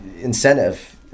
incentive